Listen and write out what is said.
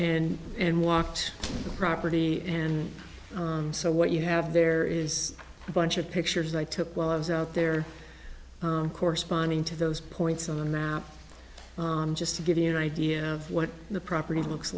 and and walked the property and so what you have there is a bunch of pictures i took while i was out there corresponding to those points on a map just to give you an idea of what the property looks